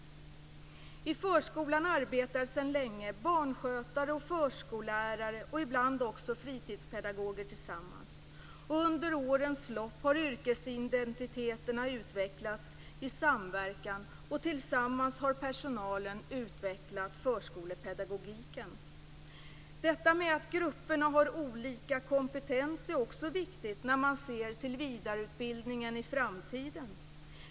I förskolan arbetar sedan länge barnskötare, förskollärare och ibland också fritidspedagoger tillsammans. Under årens lopp har yrkesidentiteterna utvecklats i samverkan. Tillsammans har personalen utvecklat förskolepedagogiken. Detta med att grupperna har olika kompetens är också viktigt när man ser till vidareutbildningen i framtiden.